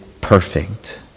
perfect